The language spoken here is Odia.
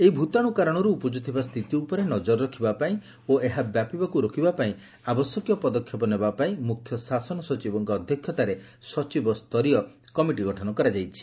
ଏହି ଭୂତାଶୁ କାରଶରୁ ଉପୁଜୁଥିବା ସ୍ରିତି ଉପରେ ନଜର ରଖିବା ପାଇଁ ଓ ଏହା ବ୍ୟାପିବାକୁ ରୋକିବା ପାଇଁ ଆବଶ୍ୟକୀୟ ପଦକ୍ଷେପ ନେବାପାଇଁ ମ୍ରଖ୍ୟଶାସନ ସଚିବଙ୍କ ଅଧ୍ୟକ୍ଷତାରେ ସଚିବସ୍ତରୀୟ ଏକ କମିଟି ଗଠନ କରାଯାଇଛି